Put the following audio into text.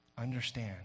understand